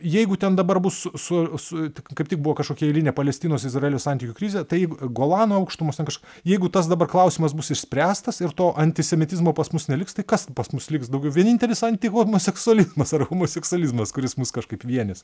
jeigu ten dabar bus su su kaip tik buvo kažkokia eilinė palestinos izraelio santykių krizė tai golano aukštumos ten kažk jeigu tas dabar klausimas bus išspręstas ir to antisemitizmo pas mus neliks tai kas pas mus liks daugiau vienintelis antihomoseksualizmas ar homoseksualizmas kuris mus kažkaip vienys